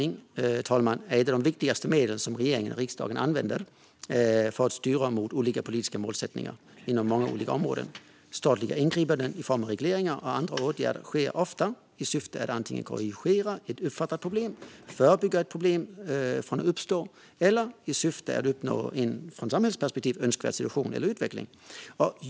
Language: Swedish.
Regelgivning är ett av de viktigaste medel som regeringen och riksdagen använder för att styra mot olika politiska målsättningar inom många olika områden. Statliga ingripanden i form av regleringar och andra åtgärder sker ofta i syfte att antingen korrigera ett uppfattat problem, förebygga att problem uppstår eller uppnå en från ett samhällsperspektiv önskvärd situation eller utveckling.